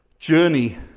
journey